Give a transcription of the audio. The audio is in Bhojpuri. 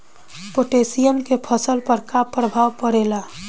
पोटेशियम के फसल पर का प्रभाव पड़ेला?